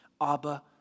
Abba